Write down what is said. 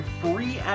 free